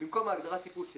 במקום ההגדרה "טיפוס"